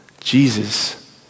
Jesus